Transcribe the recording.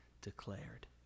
declared